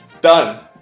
Done